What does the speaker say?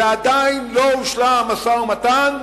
ועדיין לא הושלם המשא-ומתן.